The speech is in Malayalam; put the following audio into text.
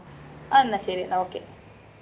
ആ എന്നാൽ ശരി എന്നാൽ ഓക്കേ